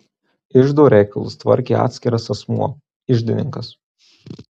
iždo reikalus tvarkė atskiras asmuo iždininkas